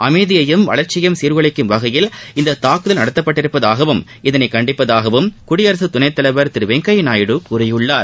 அமைதியையும் வளர்ச்சியையும் சீர்குலைக்கும் வகையில் இந்தத் தாக்குதல் நடத்தப்பட்டிருப்பதாகவும் இதனை கண்டிப்பதாகவும் குடியரகத் துணைத் தலைவர் திரு வெங்கய்யா நாயுடு கூறியுள்ளார்